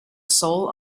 soul